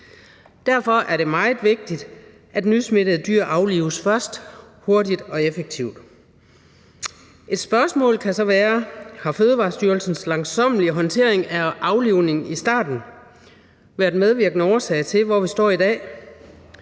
Derfor er det meget vigtigt, at nysmittede dyr aflives først, hurtigt og effektivt. Et spørgsmål kan så være: Har Fødevarestyrelsens langsommelige håndtering af aflivning i starten været medvirkende årsag til, at vi er der,